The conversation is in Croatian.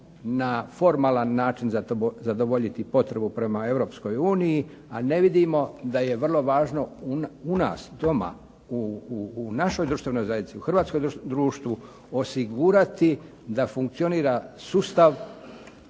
na formalan način zadovoljiti potrebu prema Europskoj uniji, a ne vidimo da je vrlo važno u nas doma, u našoj društvenoj zajednici, u hrvatskom društvu osigurati da funkcionira sustav